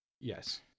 Yes